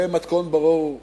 זה מתכון ברור,